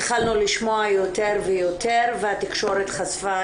התחלנו לשמוע יותר ויותר והתקשורת חשפה